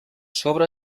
sobre